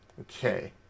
Okay